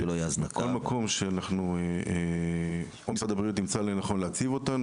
או שמשרד הבריאות ימצא לנכון להציב אותנו,